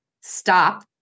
stop